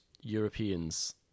Europeans